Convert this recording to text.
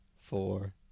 four